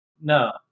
No